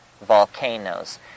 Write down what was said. volcanoes